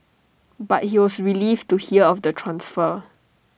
but he was relieved to hear of the transfer